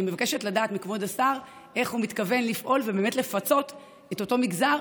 אני מבקשת לדעת איך כבוד השר מתכוון לפעול ובאמת לפצות את אותו מגזר,